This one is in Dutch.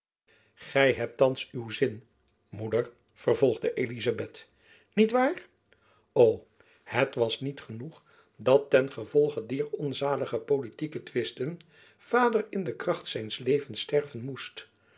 gy hebt thands uw zin moeder vervolgde elizabeth niet waar o het was niet genoeg dat ten gevolge dier onzalige politieke twisten vader in de kracht zijns levens sterven moest